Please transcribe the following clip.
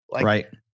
Right